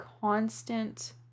constant